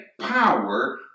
power